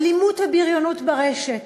אלימות ובריונות ברשת.